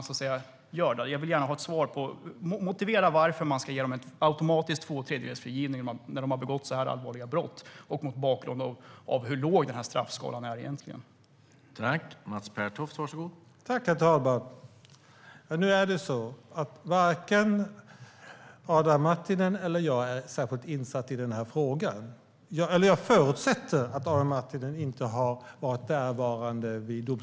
Motivera gärna varför de ska ges automatisk tvåtredjedelsfrigivning när de har begått så här allvarliga brott och mot bakgrund av hur låg straffskalan redan är.